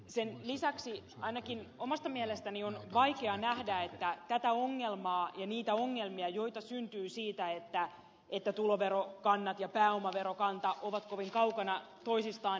sen lisäksi ainakin omasta mielestäni on vaikea nähdä että tätä ongelmaa ja niitä ongelmia joita syntyy siitä että tuloverokannat ja pääomaverokanta ovat kovin kaukana toisistaan ratkaistaan